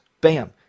Bam